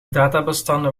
databestanden